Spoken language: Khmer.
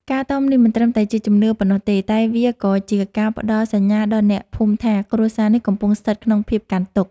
ការតមនេះមិនត្រឹមតែជាជំនឿប៉ុណ្ណោះទេតែវាក៏ជាការផ្ដល់សញ្ញាដល់អ្នកភូមិថា គ្រួសារនេះកំពុងស្ថិតក្នុងភាពកាន់ទុក្ខ។